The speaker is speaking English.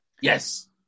Yes